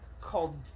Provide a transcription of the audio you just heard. called